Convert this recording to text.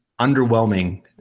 underwhelming